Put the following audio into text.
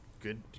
Good